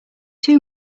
two